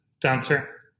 dancer